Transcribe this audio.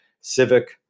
civic